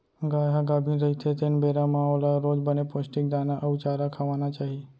गाय ह गाभिन रहिथे तेन बेरा म ओला रोज बने पोस्टिक दाना अउ चारा खवाना चाही